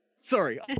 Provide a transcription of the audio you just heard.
Sorry